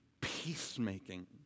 peacemaking